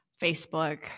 Facebook